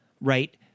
right